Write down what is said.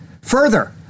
Further